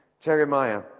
Jeremiah